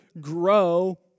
grow